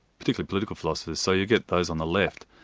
particularly political philosophers, so you get pros on the left,